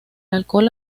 alcohol